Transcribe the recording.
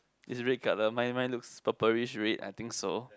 is red colour mine mine looks purplish red I think so